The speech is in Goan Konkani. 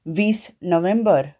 वीस नोव्हेंबर